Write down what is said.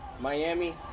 Miami